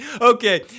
Okay